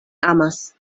amas